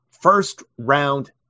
first-round